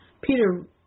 Peter